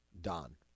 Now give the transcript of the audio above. Don